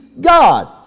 God